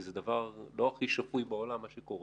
מה שקורה זה הדבר לא הכי שפוי בעולם.